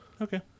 Okay